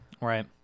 Right